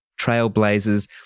trailblazers